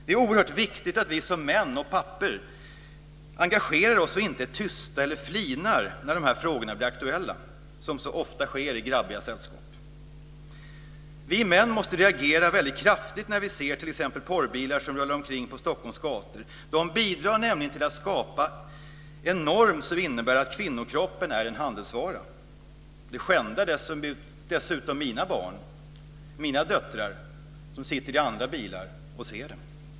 Det är oerhört viktigt att vi som män och pappor engagerar oss och inte tystnar eller flinar när de här frågorna blir aktuella, som så ofta sker i grabbiga sällskap. Vi män måste reagera väldigt kraftigt när vi ser t.ex. porrbilar som rullar omkring på Stockholms gator. De bidrar nämligen till att skapa en norm som innebär att kvinnokroppen är en handelsvara. Det skändar dessutom mina barn, mina döttrar, som sitter i andra bilar och ser det.